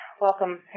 Welcome